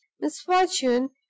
misfortune